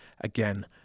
again